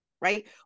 right